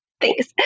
Thanks